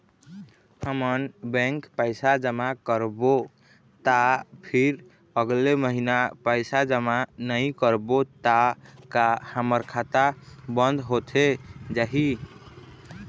हमन बैंक पैसा जमा करबो ता फिर अगले महीना पैसा जमा नई करबो ता का हमर खाता बंद होथे जाही?